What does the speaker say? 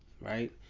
right